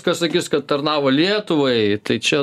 kas sakys kad tarnavo lietuvai tai čia